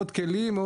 עוד כלים.